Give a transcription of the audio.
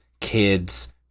kids